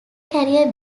career